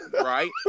Right